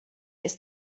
ist